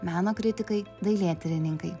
meno kritikai dailėtyrininkai